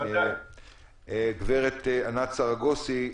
גברת ענת סרגוסטי,